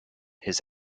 his